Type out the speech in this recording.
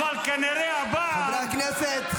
אבל כנראה הפעם --- חברי הכנסת.